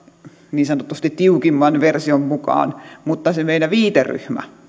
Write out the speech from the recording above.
niin sanotusti tiukimman version mukaan mutta sen meidän viiteryhmämme